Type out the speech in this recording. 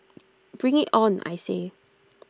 bring IT on I say